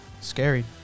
scary